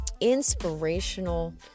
inspirational